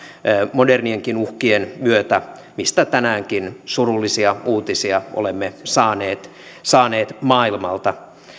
modernienkin uhkien myötä mistä tänäänkin surullisia uutisia olemme saaneet saaneet maailmalta